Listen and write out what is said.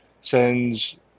sends